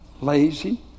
Lazy